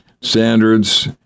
standards